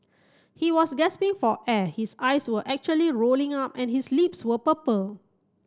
he was gasping for air his eyes were actually rolling up and his lips were purple